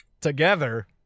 together